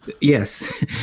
Yes